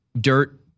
dirt